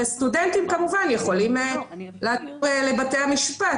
וסטודנטים כמובן יכולים לעתור לבתי המשפט,